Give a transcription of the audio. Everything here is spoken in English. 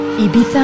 Ibiza